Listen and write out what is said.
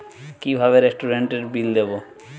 কিভাবে রেস্টুরেন্টের বিল দেবো?